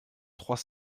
trois